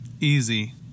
Easy